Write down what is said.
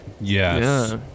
Yes